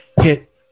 hit